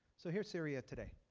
so here's syria today.